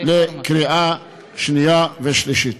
לקריאה שנייה ושלישית.